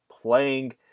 Playing